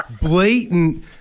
blatant